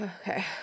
Okay